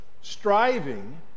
striving